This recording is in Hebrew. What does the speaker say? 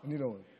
אני לא רואה.